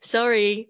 Sorry